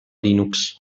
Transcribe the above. linux